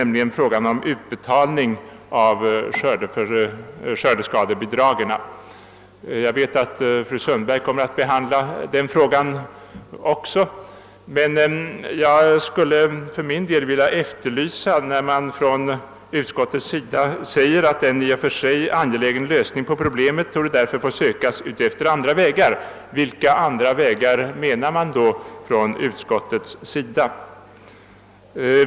Det gäller frågan om utbetalning äv skördeskadebidragen. Jag vet att även fru Sundberg kommer att behandla den frågan. ::| Utskottet säger att en »i och för sig angelägen lösning på problemet torde därför få sökas utefter andra vägar». Vilka andra vägar tänker då utskottet på?